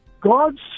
God's